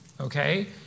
okay